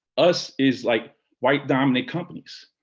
us is like white dominant companies,